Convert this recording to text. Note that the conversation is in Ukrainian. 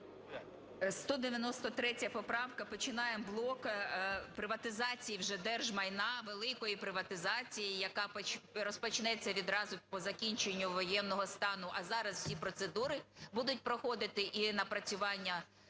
193 поправка починає блок приватизації вже держмайна, великої приватизації, яка розпочнеться відразу по закінченню воєнного стану. А зараз всі процедури будуть проходити, і напрацювання